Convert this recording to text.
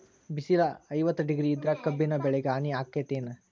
ಬಿಸಿಲ ಐವತ್ತ ಡಿಗ್ರಿ ಇದ್ರ ಕಬ್ಬಿನ ಬೆಳಿಗೆ ಹಾನಿ ಆಕೆತ್ತಿ ಏನ್?